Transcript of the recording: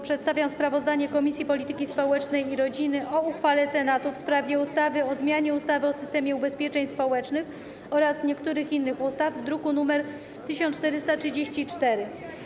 Przedstawiam sprawozdanie Komisji Polityki Społecznej i Rodziny o uchwale Senatu w sprawie ustawy o zmianie ustawy o systemie ubezpieczeń społecznych oraz niektórych innych ustaw, druk nr 1434.